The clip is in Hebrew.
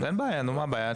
מה הבעיה?